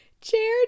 Chair